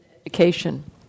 education